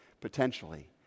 potentially